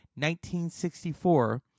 1964